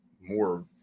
more